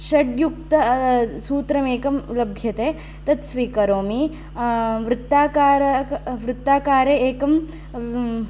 षड्युक्त सूत्रमेकं लभ्यते तत्स्वीकरोमि वृत्ताकारक वृत्ताकारे एकं